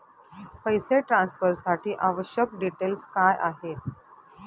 पैसे ट्रान्सफरसाठी आवश्यक डिटेल्स काय आहेत?